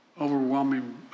overwhelming